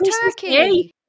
turkey